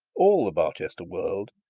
all the barchester world,